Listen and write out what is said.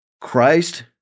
Christ